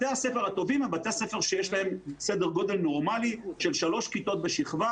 בתי ספר הטובים הם בתי ספר שיש להם סדר-גודל נורמלי של 3 כיתות בשכבה,